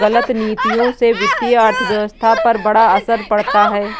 गलत नीतियों से वित्तीय अर्थव्यवस्था पर बड़ा असर पड़ता है